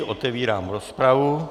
Otevírám rozpravu.